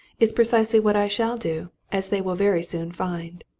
is precisely what i shall do as they will very soon find!